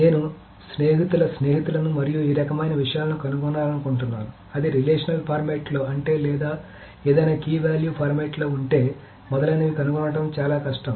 నేను స్నేహితుల స్నేహితులను మరియు ఈ రకమైన విషయాలను కనుగొనాలను కుంటున్నాను అది రిలేషనల్ ఫార్మాట్లో ఉంటే లేదా అది ఏదైనా కీ వాల్యూ ఫార్మాట్లో ఉంటే మొదలైనవి కనుగొనడం చాలా కష్టం